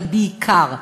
אבל בעיקר.